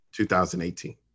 2018